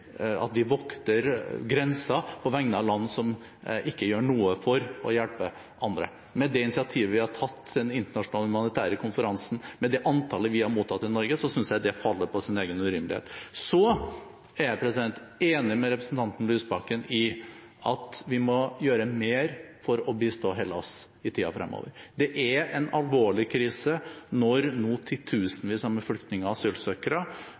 ikke gjør noe for å hjelpe andre. Med det initiativet vi har tatt i den internasjonale humanitære konferansen og med det antallet vi har mottatt i Norge, synes jeg det faller på sin egen urimelighet. Så er jeg enig med representanten Lysbakken i at vi må gjøre mer for å bistå Hellas i tiden fremover. Det er en alvorlig krise når nå titusener av flyktninger og asylsøkere